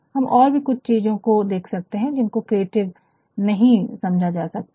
हम और भी कुछ चीज़ो को देख सकते है जिनको क्रिएटिव नहीं समझा जा सकता है